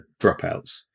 dropouts